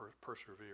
persevere